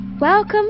welcome